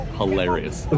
hilarious